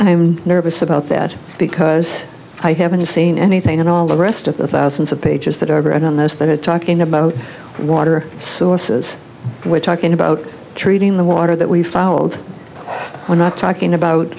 i'm nervous about that because i haven't seen anything in all the rest of the thousands of pages that are bred on those that are talking about water sources we're talking about treating the water that we fouled we're not talking about